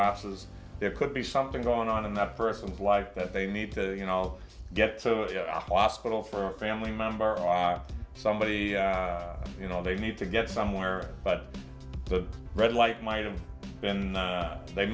offices there could be something going on in that person's life that they need to you know get to ospital for a family member or somebody you know they need to get somewhere but the red light might have been they